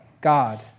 God